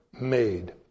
made